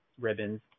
ribbons